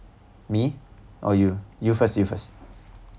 me or you you first you first